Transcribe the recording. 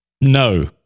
no